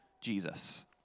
Jesus